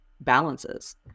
balances